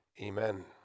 Amen